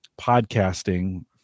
podcasting